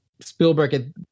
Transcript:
spielberg